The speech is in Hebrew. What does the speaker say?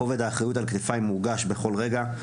כובד האחריות על כתפיי מורגש בכל רגע,